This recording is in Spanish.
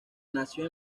nació